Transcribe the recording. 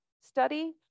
study